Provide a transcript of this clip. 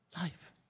life